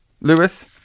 Lewis